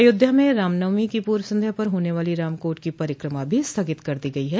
अयोध्या में रामनवमी की पूर्व संध्या पर होने वाली रामकोट की परिक्रमा भी स्थगित कर दी गई है